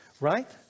right